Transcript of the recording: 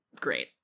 great